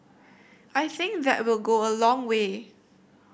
I think that will go a long way